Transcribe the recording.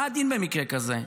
מה הדין במקרה כזה?